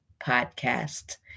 podcast